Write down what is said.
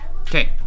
Okay